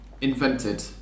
invented